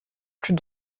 plus